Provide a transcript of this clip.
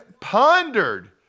pondered